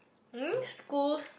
mm schools